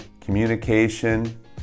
communication